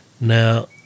Now